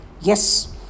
Yes